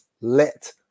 let